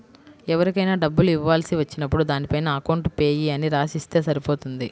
ఎవరికైనా డబ్బులు ఇవ్వాల్సి వచ్చినప్పుడు దానిపైన అకౌంట్ పేయీ అని రాసి ఇస్తే సరిపోతుంది